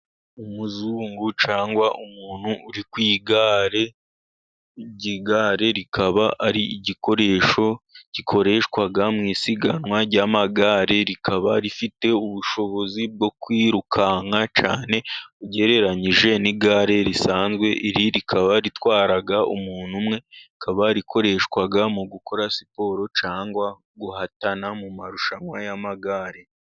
Umuzungu cyangwa umuntu uri ku igare. Iryo gare rikaba ari igikoresho gikoreshwa mu isiganwa ry'amagare, rikaba rifite ubushobozi bwo kwirukanka cyane, ugereranyije n'igare risanzwe. Iri rikaba ritwara umuntu umwe, rikaba rikoreshwa mu gukora siporo cyangwa guhatana mu marushanwa y'amagare.